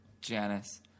Janice